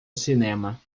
cinema